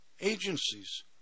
agencies